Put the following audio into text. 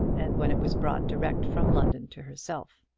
and when it was brought direct from london to herself.